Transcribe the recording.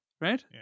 right